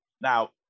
Now